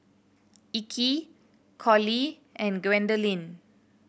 Ike Collie and Gwendolyn